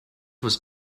was